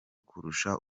kurusha